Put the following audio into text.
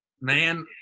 Man